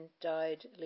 died